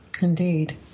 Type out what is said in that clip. Indeed